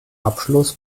abschluss